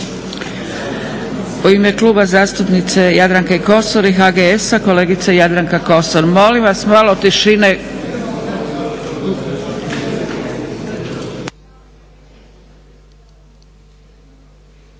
U ime Kluba zastupnice Jadranke Kosor i HGS-a, kolegica Jadranka Kosor. Molim vas malo tišine.